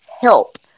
help